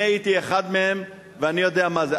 אני הייתי אחד מהם ואני יודע מה זה.